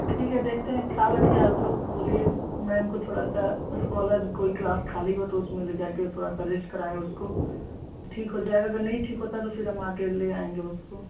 ठीक है देखते हैं ख़याल रखिए आप लोग बोलिए मैम को थोड़ा सा उसको अलग कोई क्लास ख़ाली हो तो उसमें ले जाकर थोड़ा सा रेस्ट कराए उसको ठीक हो जाएगा तो नहीं ठीक होता तो फिर हम आकर ले जाएँगे उसको